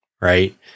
Right